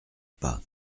pas